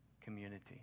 community